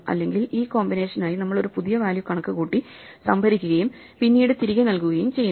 അല്ലെങ്കിൽ ഈ കോമ്പിനേഷനായി നമ്മൾ ഒരു പുതിയ വാല്യൂ കണക്കുകൂട്ടി സംഭരിക്കുകയും പിന്നീട് തിരികെ നൽകുകയും ചെയ്യുന്നു